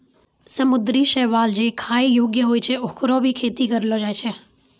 समुद्री शैवाल जे खाय योग्य होय छै, होकरो भी खेती करलो जाय छै